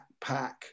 backpack